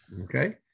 Okay